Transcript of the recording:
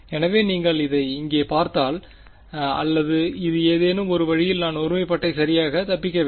எனவே நீங்கள் இதை இங்கே பார்த்தால் இந்த அல்லது இது ஏதேனும் ஒரு வழியில் நான் ஒருமைப்பாட்டை சரியாக தப்பிக்க வேண்டும்